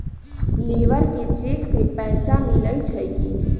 Labour के cheque से पैसा मिलई छई कि?